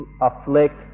afflict